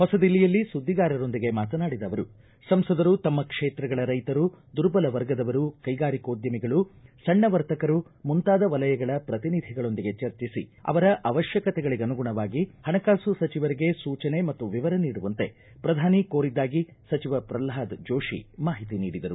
ಹೊಸ ದಿಲ್ಲಿಯಲ್ಲಿ ಸುದ್ದಿಗಾರರೊಂದಿಗೆ ಮಾತನಾಡಿದ ಅವರು ಸಂಸದರು ತಮ್ಮ ಕ್ಷೇತ್ರಗಳ ರೈತರು ದುರ್ಬಲ ವರ್ಗದವರು ಕೈಗಾರಿಕೋದ್ಯಮಿಗಳು ಸಣ್ಣ ವರ್ತಕರು ಮುಂತಾದ ವಲಯಗಳ ಪ್ರತಿನಿಧಿಗಳೊಂದಿಗೆ ಚರ್ಚಿಸಿ ಅವರ ಅವಶ್ಯಕತೆಗಳ ಕುರಿತು ಹಣಕಾಸು ಸಚಿವರಿಗೆ ಸೂಚನೆ ಮತ್ತು ವಿವರ ನೀಡುವಂತೆ ಪ್ರಧಾನಿ ಕೋರಿದ್ದಾಗಿ ಸಚಿವ ಪ್ರಲ್ವಾದ ಜೋಶಿ ಮಾಹಿತಿ ನೀಡಿದರು